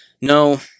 No